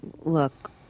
look